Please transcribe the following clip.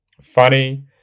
Funny